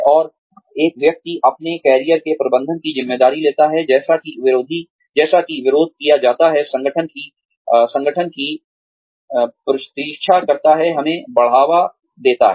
और एक व्यक्ति अपने करियर के प्रबंधन की ज़िम्मेदारी लेता है जैसा कि विरोध किया जाता है संगठन की प्रतीक्षा करता है हमें बढ़ावा देता है